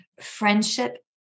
friendship